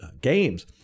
Games